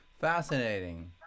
Fascinating